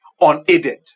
unaided